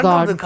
God